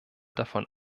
davon